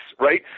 right